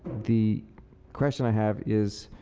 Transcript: the question i have is,